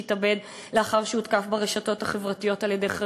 שהתאבד לאחר שהותקף ברשתות החברתיות על-ידי חבריו,